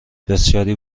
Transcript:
بسیاری